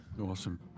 Awesome